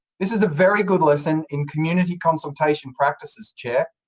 this is a very good lesson in community consultation practices, chair.